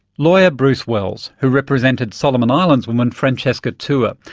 lawyer bruce wells, who represented solomon islands woman francesca teua,